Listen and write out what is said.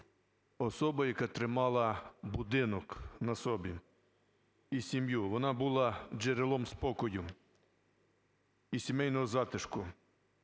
особа, яка тримала будинок на собі і сім'ю, вона була джерелом спокою і сімейного затишку.